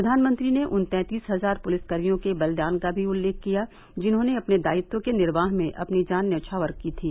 प्रधानमंत्री ने उन तैंतीस हजार पुलिस कर्मियों के बलिदान का भी उल्लेख किया जिन्होंने अपने दायित्व के निर्वाह में अपनी जान न्यौछावर की थी